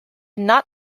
not